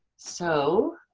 so